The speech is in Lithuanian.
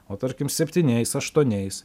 o tarkim septyniais aštuoniais